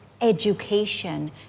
education